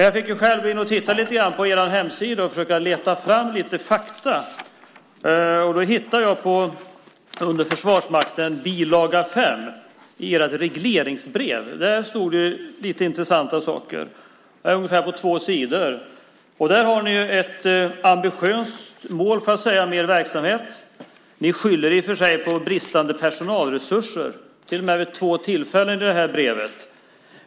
Jag fick själv gå in och titta lite grann på er hemsida och försöka leta fram lite fakta. Under Försvarsmakten, bil. 5, i ert regleringsbrev finns det lite intressanta saker. Det är ungefär två sidor. Där har ni ett ambitiöst mål, får jag säga, för er verksamhet. I och för sig skyller ni, till och med vid två tillfällen i det här brevet, på bristande personalresurser.